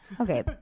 okay